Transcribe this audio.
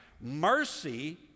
Mercy